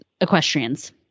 equestrians